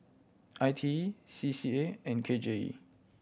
I T E C C A and K J E